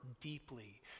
deeply